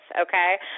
okay